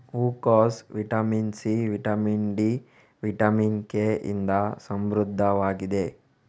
ಹೂಕೋಸು vitamin C, vitamin D, vitamin K ಇಂದ ಸಮೃದ್ಧವಾಗಿದೆ